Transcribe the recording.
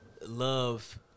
love